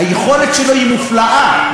היכולת שלו היא מופלאה.